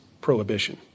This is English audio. prohibition